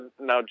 now